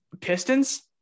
Pistons